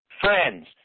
friends